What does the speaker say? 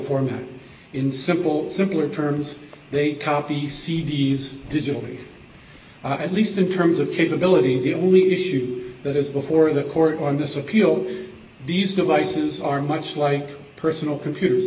format in simple simpler terms they copy c d s digitally at least in terms of capability the only issue that is before the court on this appeal these devices are much like personal computers